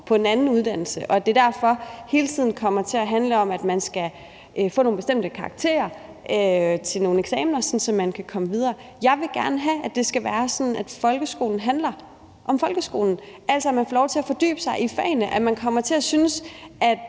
på en anden uddannelse, og at det derfor hele tiden kommer til at handle om, at man skal få nogle bestemte karakterer til nogle eksamener, sådan at man kan komme videre. Jeg vil gerne have, at det skal være sådan, at folkeskolen handler om folkeskolen, altså at man får lov til at fordybe sig i fagene, at man kommer til at synes, at